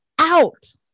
out